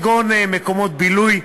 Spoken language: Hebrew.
כגון מקומות בילוי,